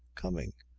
coming.